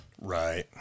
Right